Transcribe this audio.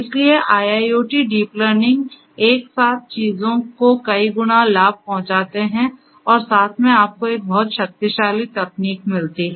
इसलिए IIoT deep learning एक साथ चीजों को कई गुणा लाभ पहुंचाते हैं और साथ में आपको एक बहुत शक्तिशाली तकनीक मिलती है